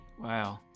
Wow